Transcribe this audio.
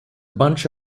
bunch